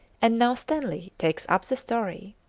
and now stanley takes up the story.